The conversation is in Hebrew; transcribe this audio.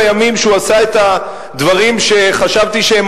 בימים שהוא עשה את הדברים שחשבתי שהם